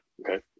Okay